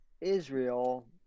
Israel